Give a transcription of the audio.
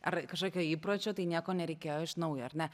ar kažkokio įpročio tai nieko nereikėjo iš naujo ar ne